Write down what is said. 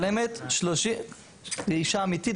אישה אמיתית,